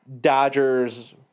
Dodgers